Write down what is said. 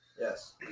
Yes